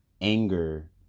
anger